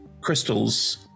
crystals